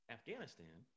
Afghanistan